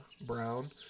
brown